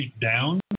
down